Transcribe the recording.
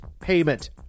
payment